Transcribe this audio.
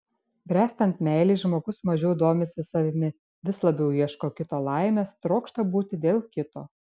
bręstant meilei žmogus mažiau domisi savimi vis labiau ieško kito laimės trokšta būti dėl kito